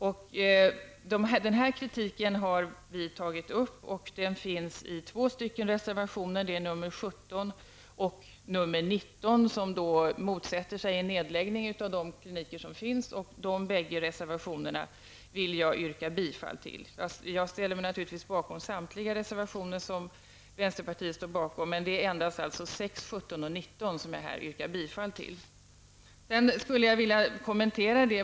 Vi har tagit upp denna kritik i reservationerna nr 17 och 19, där vi motsätter oss en nedläggning av de kliniker som finns. Dessa båda reservationer vill jag yrka bifall till. Jag stödjer naturligtvis samtliga reservationer som vänsterpartiet står bakom, men jag yrkar bifall endast till reservationerna nr 6, 17 och 19.